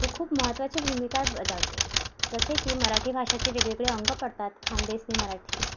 ही खूप महत्त्वाची भूमिका बजावते जसे की मराठी भाषेचे वेगवेगळे अंगं पडतात खानदेशी मराठी